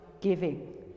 giving